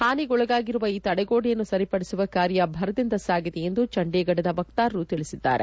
ಹಾನಿಗೊಳಗಾಗಿರುವ ಈ ತಡೆಗೋಡೆಯನ್ನು ಸರಿಪಡಿಸುವ ಕಾರ್ಯ ಭರದಿಂದ ಸಾಗಿದೆ ಎಂದು ಚಂಡೀಗಢದ ವಕ್ತಾರರು ತಿಳಿಸಿದ್ದಾರೆ